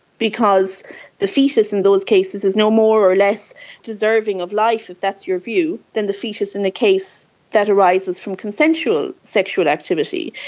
because the foetus in those cases is no more or less deserving of life, if that's your view, than the foetus in a case that arises from consensual sexual activity.